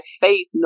faith